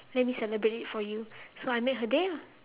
let me celebrate it for you so I made her day lah